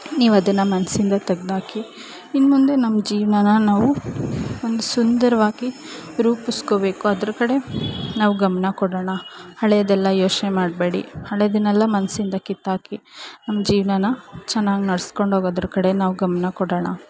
ನೀವು ಅದನ್ನು ಮನಸ್ಸಿಂದ ತೆಗೆದ್ಹಾಕಿ ಇನ್ಮುಂದೆ ನಮ್ಮ ಜೀವನಾನ ನಾವು ಒಂದು ಸುಂದರವಾಗಿ ರೂಪಿಸ್ಕೊಬೇಕು ಅದ್ರ ಕಡೆ ನಾವು ಗಮನ ಕೊಡೋಣ ಹಳೆಯದೆಲ್ಲ ಯೋಚನೆ ಮಾಡಬೇಡಿ ಹಳೆಯದನ್ನೆಲ್ಲ ಮನಸ್ಸಿಂದ ಕಿತ್ತಾಕಿ ನಮ್ಮ ಜೀವನಾನ ಚೆನ್ನಾಗಿ ನಡೆಸ್ಕೊಂಡ್ ಹೋಗೋದ್ರ ಕಡೆ ನಾವು ಗಮನ ಕೊಡೋಣ